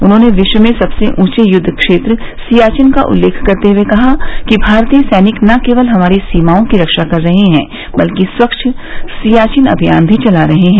उन्होंने विश्व में सबसे ऊंचे युद्व क्षेत्र सियाचिन का उल्लेख करते हुए कहा कि भारतीय सैनिक न केवल हमारी सीमाओं की रक्षा कर रहे हैं बल्कि स्वच्छ सियाचिन अभियान भी चला रहे हैं